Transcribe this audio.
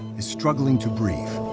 is struggling to breathe.